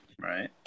Right